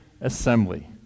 assembly